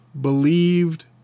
believed